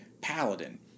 paladin